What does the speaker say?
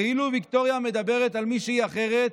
כאילו היא מדברת על מישהי אחרת,